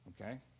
Okay